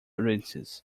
audiences